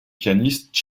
pianiste